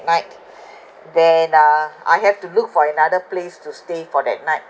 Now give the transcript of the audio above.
night then uh I have to look for another place to stay for that night